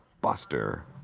Buster